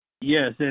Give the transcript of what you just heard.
Yes